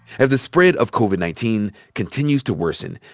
as the spread of covid nineteen continues to worsen,